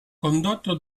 condotto